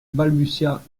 balbutia